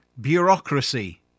bureaucracy